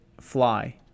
fly